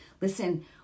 Listen